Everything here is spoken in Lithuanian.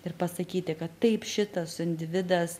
ir pasakyti kad taip šitas individas